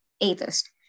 atheist